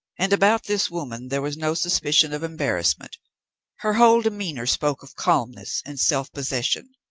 and about this woman there was no suspicion of embarrassment her whole demeanour spoke of calmness and self-possession.